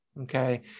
okay